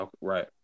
Right